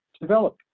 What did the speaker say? develop